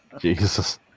Jesus